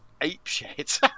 apeshit